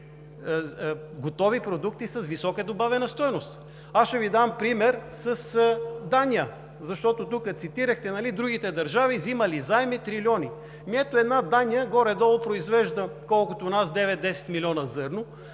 готови продукти с висока добавена стойност. Ще Ви дам пример с Дания, защото тук цитирахте, че другите държави вземали заеми в трилиони. Ами ето, една Дания горе-долу произвежда колкото нас – 9, 10 милиона зърно,